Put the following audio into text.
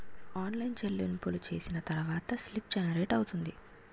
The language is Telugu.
ఆన్లైన్ చెల్లింపులు చేసిన తర్వాత స్లిప్ జనరేట్ అవుతుంది